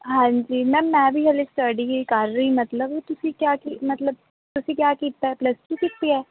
ਹਾਂਜੀ ਮੈਮ ਮੈਂ ਵੀ ਹਾਲੇ ਸਟਡੀ ਹੀ ਕਰ ਰਹੀ ਮਤਲਬ ਤੁਸੀਂ ਕਿਆ ਕੀ ਮਤਲਬ ਤੁਸੀਂ ਕਿਆ ਕੀਤਾ ਪਲੱਸ ਟੂ ਕੀਤੀ ਹੈ